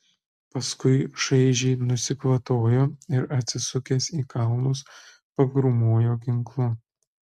paskui šaižiai nusikvatojo ir atsisukęs į kalnus pagrūmojo ginklu